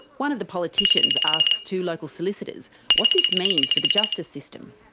one of the politicians asks two local solicitors what this means for the justice system.